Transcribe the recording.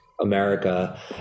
America